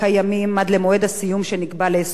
עד למועד הסיום שנקבע ליישום החוק.